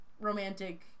romantic